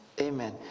amen